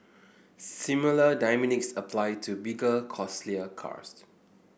similar dynamics apply to bigger costlier cars